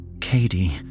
Katie